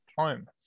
time